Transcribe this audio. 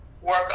work